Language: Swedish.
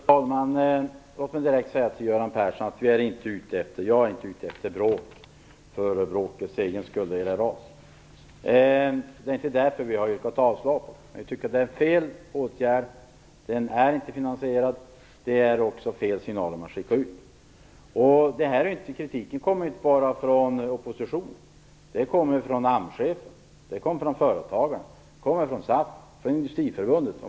Fru talman! Låt mig direkt säga till Göran Persson att jag inte är ute efter bråk om RAS för bråkets egen skull. Det är inte därför vi har yrkat avslag på förslaget. Vi tycker att åtgärden är felaktig. Den är inte finansierad. Genom den åtgärden skickar man också ut fel signaler. Kritiken kommer inte bara från oppositionen. Kritik kommer från AMS-chefen, företagarna, SAF och Industriförbundet.